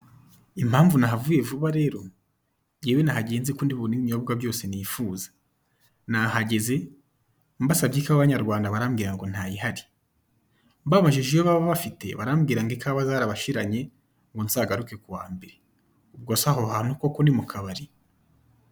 Impamvu nahavuye vuba rero, ngewe nahagiye nzi ko ndi bubone ibinyobwa byose nifuza; nahageze mbasabye ikawa nyarwanda barambwira ngo ntayihari, mbabajije iyo baba bafite barambwira ngo ikawa zarabashiranye ngo nzagaruke ku wa mbere. Ubwo se, aho hantu koko ni mukabari!